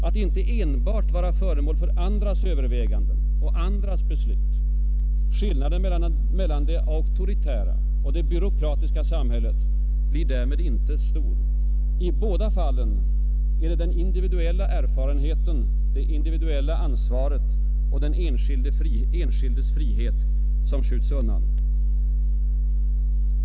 Att inte enbart vara föremål för andras överväganden och andras beslut. Skillnaden mellan det auktoritära och det byråkratiska samhället blir därmed inte stor. I båda fallen är det den individuella erfarenheten, det individuella ansvaret och den enskildes frihet som skjuts undan.